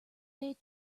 they